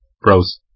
Bros